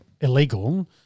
illegal